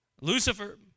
Lucifer